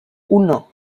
uno